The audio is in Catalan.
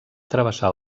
travessar